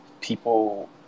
people